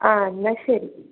ആ എന്നാൽ ശരി